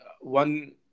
one